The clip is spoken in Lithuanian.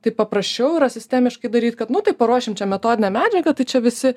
taip paprasčiau yra sistemiškai daryt kad nu tai paruošim čia metodinę medžiagą tai čia visi